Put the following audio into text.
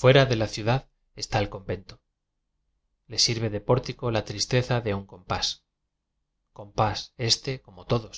pueka de la ciudad está e convento le sirve de pórtico la tristeza de un compás compás éste como todos